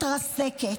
מתרסקת.